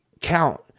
count